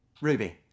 Ruby